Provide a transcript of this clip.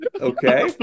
okay